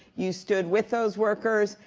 you stood with those workers,